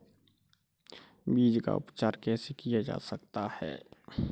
बीज का उपचार कैसे किया जा सकता है?